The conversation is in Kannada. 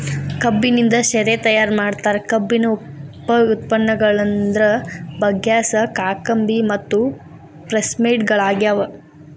ಕಬ್ಬಿನಿಂದ ಶೇರೆ ತಯಾರ್ ಮಾಡ್ತಾರ, ಕಬ್ಬಿನ ಉಪ ಉತ್ಪನ್ನಗಳಂದ್ರ ಬಗ್ಯಾಸ್, ಕಾಕಂಬಿ ಮತ್ತು ಪ್ರೆಸ್ಮಡ್ ಗಳಗ್ಯಾವ